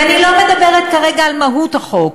ואני לא מדברת כרגע על מהות החוק,